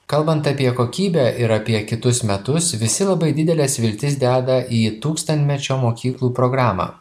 kalbant apie kokybę ir apie kitus metus visi labai dideles viltis deda į tūkstantmečio mokyklų programą